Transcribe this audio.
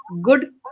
good